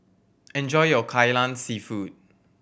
enjoy your Kai Lan Seafood